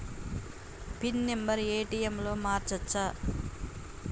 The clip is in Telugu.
పిన్ నెంబరు ఏ.టి.ఎమ్ లో మార్చచ్చా?